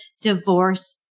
divorce